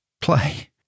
play